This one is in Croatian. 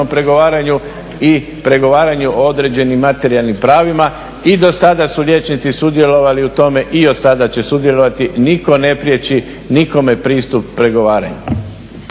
pregovaranju i pregovaranju o određenim materijalnim pravima. I do sada su liječnici sudjelovali u tome i od sada će sudjelovati, nitko ne priječi nikome pristup pregovaranju.